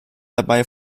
dabei